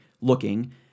looking